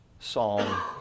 Psalm